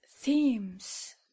themes